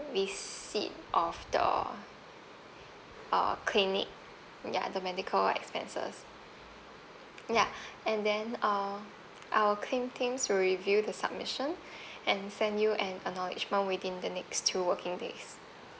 receipt of your uh clinic ya the medical expenses ya and then uh our claim teams review the submission and send you an acknowledgement within the next two working days